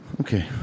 Okay